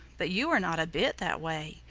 but you are not a bit that way.